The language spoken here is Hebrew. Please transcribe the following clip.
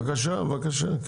בבקשה, בבקשה.